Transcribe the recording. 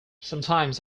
sometimes